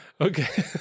Okay